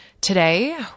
Today